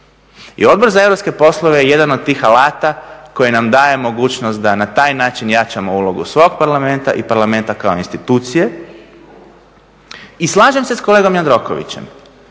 I Odbor za europske poslove je jedan od tih alata koji nam daje mogućnost da na taj način jačamo ulogu svog parlamenta i parlamenta kao institucije. I slažem se s kolegom Jandrokovićem,